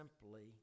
simply